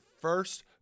first